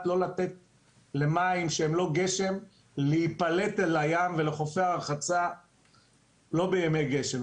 לא לתת למים שהם לא גשם להיפלט אל הים ולחופי הרחצה לא בימי גשם,